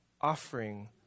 offering